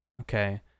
okay